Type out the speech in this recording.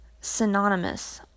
synonymous